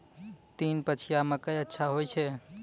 तीन पछिया मकई अच्छा होय छै?